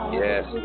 yes